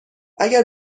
اگر